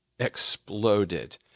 exploded